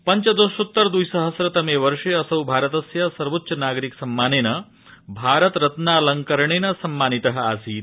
पञ्चदशोत्तर द्विसहस्रतमे वर्षे असौ भारतस्य सवौंच्च नागरिक सम्मानेन भारतरत्नालंकरणेन सम्मानित आसीत